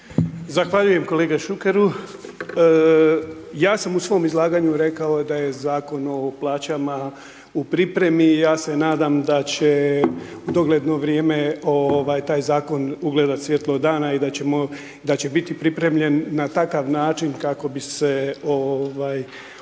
Zahvaljujem kolega Šukeru, ja sam u svom izlaganju rekao da je Zakon o plaćama u pripremi ja se nadam da će u dogledno vrijeme ovaj taj zakon ugledat svijetlo dana i da će biti pripremljen na taka način kako bi se ovaj